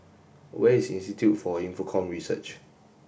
where is Institute for Infocomm Research